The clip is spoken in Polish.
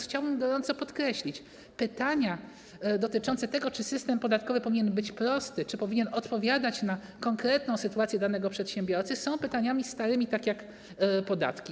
Chciałbym gorąco podkreślić, że pytania dotyczące tego, czy system podatkowy powinien być prosty, czy powinien odpowiadać na konkretną sytuację danego przedsiębiorcy, są pytaniami starymi jak podatki.